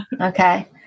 Okay